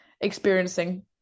experiencing